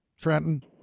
trenton